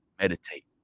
Meditate